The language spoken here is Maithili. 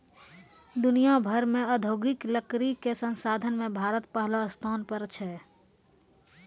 दुनिया भर मॅ औद्योगिक लकड़ी कॅ संसाधन मॅ भारत पहलो स्थान पर छै